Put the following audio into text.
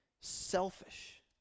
selfish